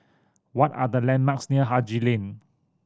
what are the landmarks near Haji Lane